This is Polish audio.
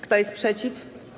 Kto jest przeciw?